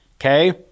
okay